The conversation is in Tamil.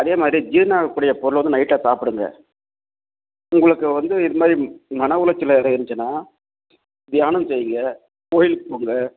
அதே மாதிரி ஜீரணமாகக்கூடிய பொருள் வந்து நைட்டில் சாப்பிடுங்க உங்களுக்கு வந்து இதுமாதிரி மன உளைச்சல் எதாவது இருந்துச்சுன்னா தியானம் செய்யுங்க கோவிலுக்கு போங்க